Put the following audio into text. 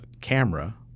camera